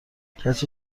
کسی